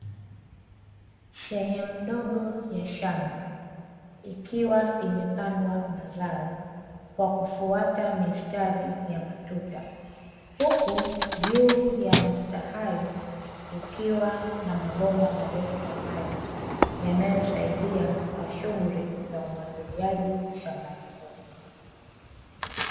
Sehemu ndogo ya shamba, ikiwa imepandwa mazao kwa kufuata mistari ya matuta, huku juu yamatuta hayo, kukiwa na mabomba marefu ya maji, yanayosaidia kwa shughuli zanumwagiliaji shambani humo.